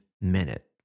minute